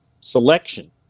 selection